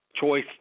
Choice